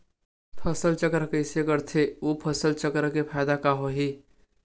फसल चक्र कइसे करथे उ फसल चक्र के फ़ायदा कइसे से होही?